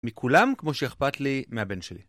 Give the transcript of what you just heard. מכולם כמו שאכפת לי מהבן שלי.